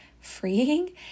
freeing